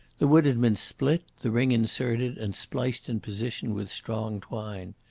the wood had been split, the ring inserted and spliced in position with strong twine.